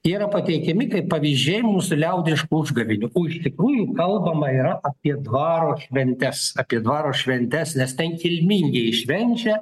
yra pateikiami kaip pavyzdžiai mūsų liaudiškų užgavėnių o iš tikrųjų kalbama yra apie dvaro šventes apie dvaro šventes nes ten kilmingieji švenčia